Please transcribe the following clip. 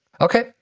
okay